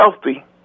healthy